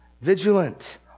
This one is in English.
vigilant